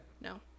No